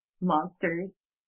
monsters